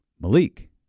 Malik